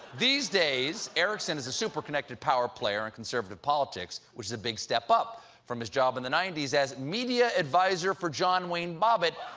these days, erickson is a super-connected power player in conservative politics, which is a big step up from his job in the ninety s as media adviser for john wayne bobbitt,